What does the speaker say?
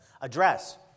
address